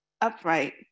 upright